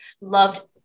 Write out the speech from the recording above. loved